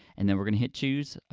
and then we're gonna hit choose,